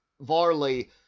Varley